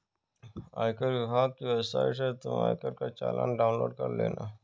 आयकर विभाग की वेबसाइट से तुम आयकर का चालान डाउनलोड कर लेना